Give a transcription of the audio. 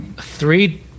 Three